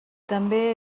també